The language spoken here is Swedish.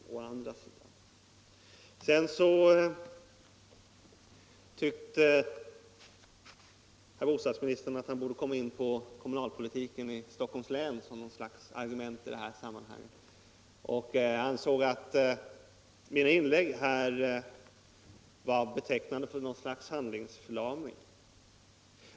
Sedan tyckte bostadsministern tydligen att han som ett argument i detta sammanhang borde komma in på kommunalpolitiken i Stockholms län, och han ansåg att mina inlägg här var tecken på handlingsförlamning.